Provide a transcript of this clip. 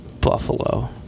Buffalo